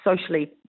socially